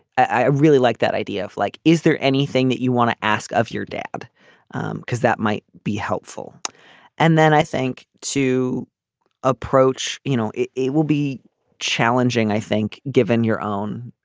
i really like that idea of like is there anything that you want to ask of your dad because that might be helpful and then i think to approach you know it it will be challenging i think given your own